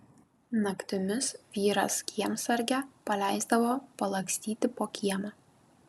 naktimis vyras kiemsargę paleisdavo palakstyti po kiemą